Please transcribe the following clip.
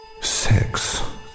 Sex